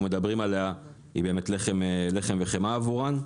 מדברים עליה היא באמת לחם וחמאה עבורן.